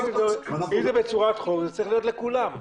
אם זה בצורת חוק, זה צריך להיות לכולם.